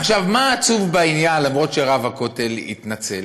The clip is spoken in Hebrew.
עכשיו, מה עצוב בעניין, למרות שרב הכותל התנצל?